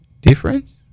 difference